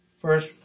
First